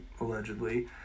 allegedly